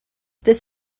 this